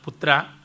Putra